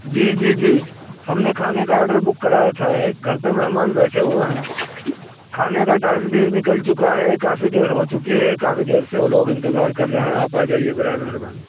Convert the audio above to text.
جی جی جی ہم نے کھانے کا آڈر بک کرایا تھا ایک گھر پہ مہمان بیٹھے ہوئے ہیں کھانے کا ٹائم بھی نکل چکا ہے کافی دیر ہو چکی ہے کافی دیر سے وہ لوگ انتظار کر رہے ہیں آپ آ جائیے برائے مہربانی